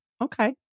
Okay